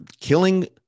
killing